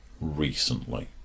recently